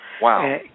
Wow